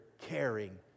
caring